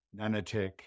nanotech